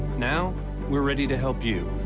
now we're ready to help you.